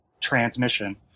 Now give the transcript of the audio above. transmission